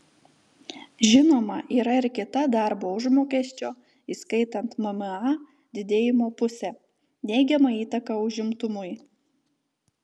žinoma yra ir kita darbo užmokesčio įskaitant mma didėjimo pusė neigiama įtaka užimtumui